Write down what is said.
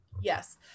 Yes